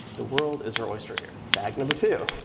the world is your oyster here. bag number two.